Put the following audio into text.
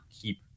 keep